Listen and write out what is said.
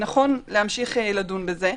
נכון להמשיך לדון בזה.